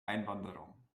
einwanderung